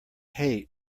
hate